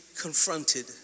confronted